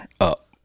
up